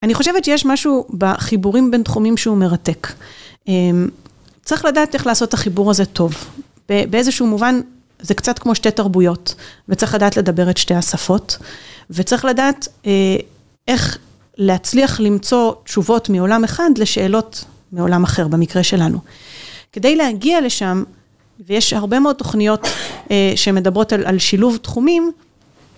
אני חושבת שיש משהו בחיבורים בין תחומים שהוא מרתק. צריך לדעת איך לעשות את החיבור הזה טוב, באיזשהו מובן זה קצת כמו שתי תרבויות, וצריך לדעת לדבר את שתי השפות, וצריך לדעת איך להצליח למצוא תשובות מעולם אחד, לשאלות מעולם אחר, במקרה שלנו. כדי להגיע לשם, ויש הרבה מאוד תוכניות שמדברות על שילוב תחומים,